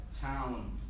town